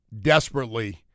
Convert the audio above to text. desperately